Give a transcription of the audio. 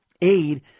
aid